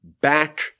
back